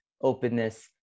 openness